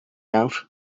out